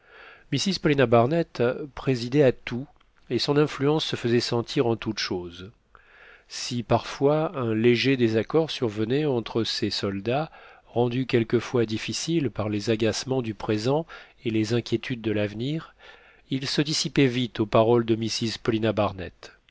mrs paulina barnett présidait à tout et son influence se faisait sentir en toutes choses si parfois un léger désaccord survenait entre ces soldats rendus quelquefois difficiles par les agacements du présent et les inquiétudes de l'avenir il se dissipait vite aux paroles de mrs paulina barnett